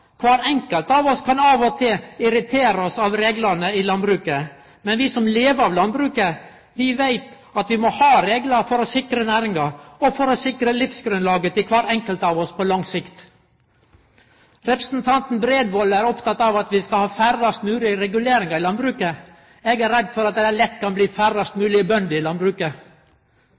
kvar enkelt av oss på lang sikt.» Representanten Bredvold er oppteken av at vi skal ha færrast mogleg reguleringar i landbruket. Eg er redd for at det lett kan bli færrast mogleg bønder i landbruket.